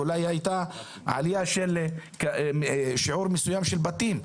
אולי הייתה עלייה של שיעור מסוים של בתים,